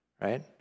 right